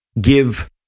give